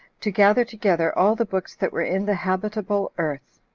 to gather together all the books that were in the habitable earth,